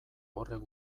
horrek